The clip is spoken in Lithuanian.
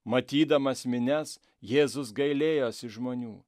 matydamas minias jėzus gailėjosi žmonių